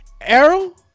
Arrow